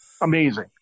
amazing